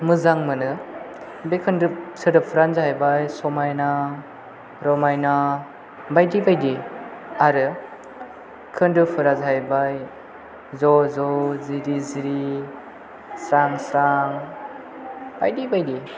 मोजां मोनो बे खोन्दोब सोदोबफोरानो जाहैबाय समायना रमायना बायदि बायदि आरो खोन्दो फोरा जाहैबाय ज' ज' जिरि जिरि स्रां स्रां बायदि बायदि